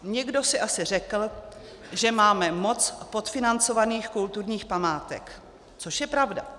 Někdo si asi řekl, že máme moc podfinancovaných kulturních památek, což je pravda.